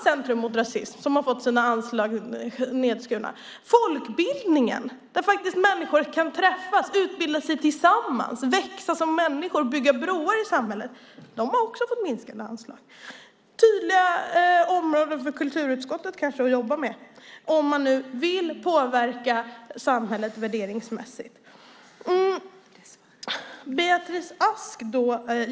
Centrum mot rasism har dock fått sina anslag nedskurna. Folkbildningsarbete innebär att människor kan träffas, utbilda sig tillsammans, växa som människor och bygga broar i samhället. Även de har fått minskade anslag. Det är kanske områden för kulturutskottet att jobba med om man vill påverka samhället värderingsmässigt.